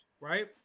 right